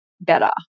better